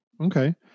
Okay